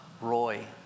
Roy